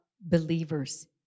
believers